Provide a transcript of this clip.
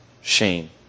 shame